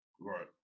Right